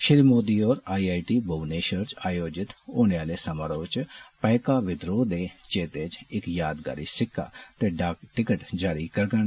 श्री मोदी होरें प्प्ज भुवनेष्वर च आयोजित होने आले समारोह च पार्क विहोट दे चेते च इक यादगीरी सिक्का ते डाक टिकट जारी करगंन